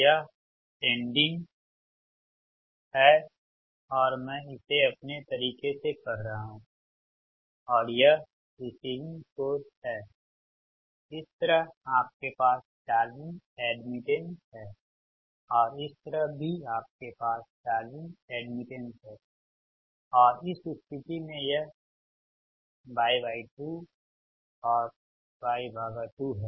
यह सेंडिंग है और मैं इसे अपने तरीके से कर रहा हूं और यह रिसीविंग छोर है इस तरफ आपके पास चार्जिंग एड्मिटेंस है और इस तरफ भी आपके पास चार्जिंग एड्मिटेंस है और इस स्थिति में यह Y2 और Y2 है